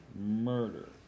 murder